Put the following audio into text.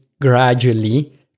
gradually